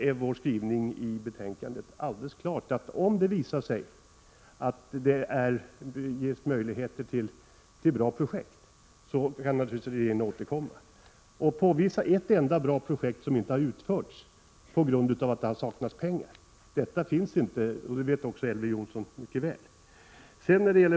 Av vår skrivning i betänkandet framgår klart att regeringen kan återkomma om goda projekt dyker upp. Visa på ett enda bra projekt som på grund av att det saknats pengar inte utförts! Något sådant projekt finns inte, och det vet Elver Jonsson mycket väl.